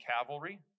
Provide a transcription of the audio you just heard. cavalry